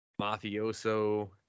mafioso